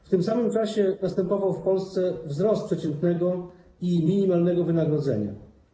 W tym samym czasie następował w Polsce wzrost przeciętnego i minimalnego wynagrodzenia.